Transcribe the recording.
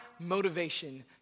motivation